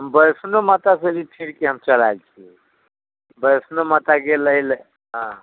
हम वैष्णो मातासँ भी फिरके हम चलि आयल छियै वैष्णों माता गेल रही ले अऽ